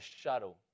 shuttle